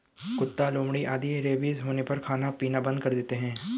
कुत्ता, लोमड़ी आदि रेबीज होने पर खाना पीना बंद कर देते हैं